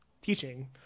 teaching